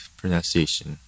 pronunciation